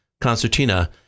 concertina